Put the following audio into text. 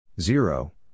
zero